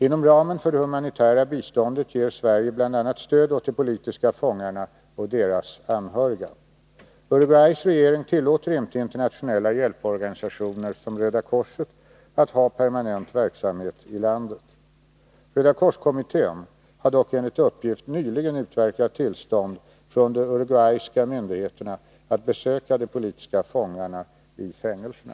Inom ramen för det humanitära biståndet ger Sverige bl.a. stöd åt de politiska fångarna och deras anhöriga. Uruguays regering tillåter inte internationella hjälporganisationer som Röda korset att ha permanent verksamhet i landet. Röda kors-kommittén har dock enligt uppgift nyligen utverkat tillstånd från de uruguayska myndigheterna att besöka de politiska fångarna i fängelserna.